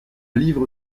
livre